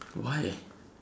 why